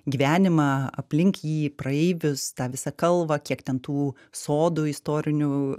gyvenimą aplink jį praeivius tą visą kalvą kiek ten tų sodų istorinių